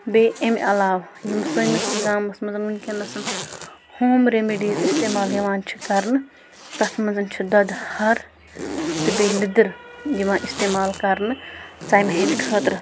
بیٚیہِ اَمہِ علاوٕ یِم سٲنِس گامس منٛز وٕنۍکٮ۪نَس ہوم رٮ۪مِڈیٖز اِستعمال یِوان چھِ کرنہٕ تَتھ منٛز چھِ دۄدٕ ہَر تہٕ بیٚیہِ لیٚدٕر یِوان اِستعمال کرنہٕ ژَمہِ ہِنٛدِ خٲطرٕ